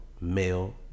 male